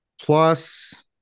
Plus